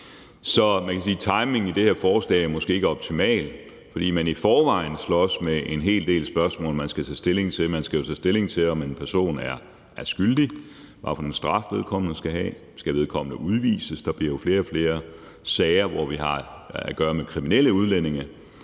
Så timingen i det her forslag er måske ikke optimal, fordi man i forvejen slås med en hel del spørgsmål, man skal tage stilling til. Man skal jo tage stilling til, om en person er skyldig, og hvad for en straf vedkommende skal have. Skal vedkommende udvises? Der bliver jo flere og flere sager, hvor vi har at gøre med kriminelle udlændinge,